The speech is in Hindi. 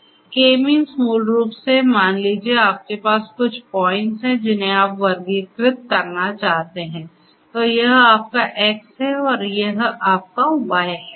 तो K मींस मूल रूप से मान लीजिए आपके पास कुछ पॉइंट्स है जिन्हें आप वर्गीकृत करना चाहते हैं तो यह आपका X है और यह आपका Y है